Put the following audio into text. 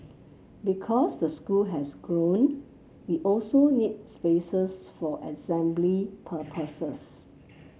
because the school has grown we also need spaces for assembly purposes